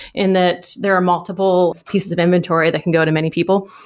in that there are multiple pieces of inventory that can go to many people.